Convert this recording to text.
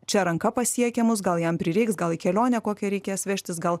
čia ranka pasiekiamus gal jam prireiks gal į kelionę kokią reikės vežtis gal